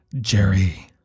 Jerry